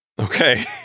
Okay